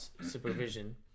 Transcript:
supervision